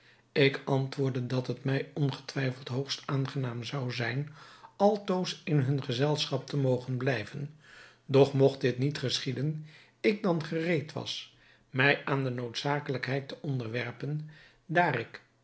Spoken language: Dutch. ik antwoordde dat het mij ongetwijfeld hoogst aangenaam zou zijn altoos in hun gezelschap te mogen blijven doch mogt dit niet geschieden ik dan gereed was mij aan de noodzakelijkheid te onderwerpen daar ik